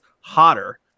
hotter